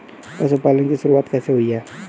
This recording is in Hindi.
पशुपालन की शुरुआत कैसे हुई?